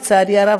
לצערי הרב,